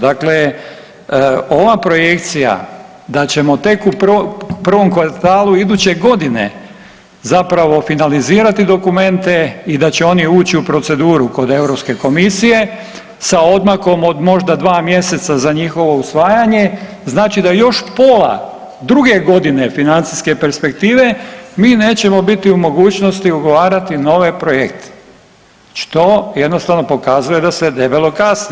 Dakle, ova projekcija da ćemo tek u prvom kvartalu iduće godine zapravo finalizirati dokumente i da će oni ući u proceduru kod Europske komisije sa odmakom od možda dva mjeseca za njihovo usvajanje, znači da još pola druge godine financijske perspektive mi nećemo biti u mogućnosti ugovarati nove projekte, znači to jednostavno pokazuje da se debelo kasni.